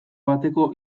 bateko